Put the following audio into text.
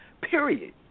period